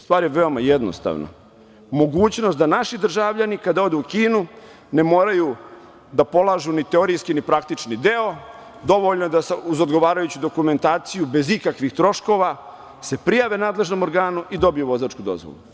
Stvar je veoma jednostavna, mogućnost da naši državljani kada odu u Kinu ne moraju da polažu ni teorijski, ni praktični deo, dovoljno je da uz odgovarajuću dokumentaciju, bez ikakvih troškova se prijave nadležnom organu i dobiju vozačku dozvolu.